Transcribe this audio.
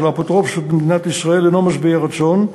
האפוטרופסות במדינת ישראל אינו משביע רצון,